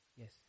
Yes